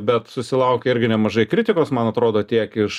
bet susilaukė irgi nemažai kritikos man atrodo tiek iš